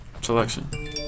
selection